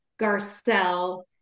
garcelle